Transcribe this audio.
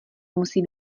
musí